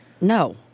No